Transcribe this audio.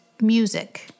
music